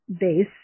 base